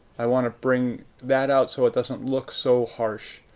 i want to bring that out so it doesn't look so harsh.